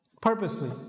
Purposely